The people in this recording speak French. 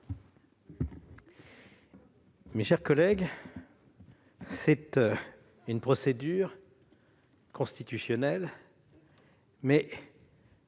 Mes chers collègues, c'est une procédure constitutionnelle non